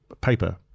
paper